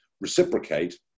reciprocate